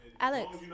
Alex